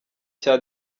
cya